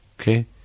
okay